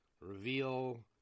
reveal